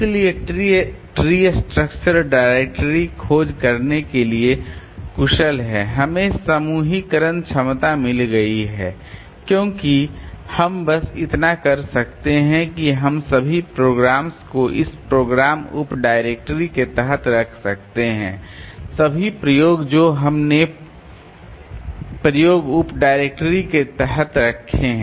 इसलिए tree structure directory खोज करने के लिए कुशल हैं हमें समूहीकरण क्षमता मिल गई है क्योंकि हम बस इतना कर सकते हैं कि हम सभी प्रोग्राम्स को इस प्रोग्राम उप डायरेक्टरी के तहत रख सकते हैं सभी प्रयोग जो हमने प्रयोग उप डायरेक्टरी के तहत रखे हैं